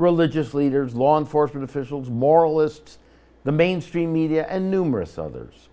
religious leaders law enforcement officials moralist the mainstream media and numerous others